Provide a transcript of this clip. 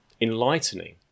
enlightening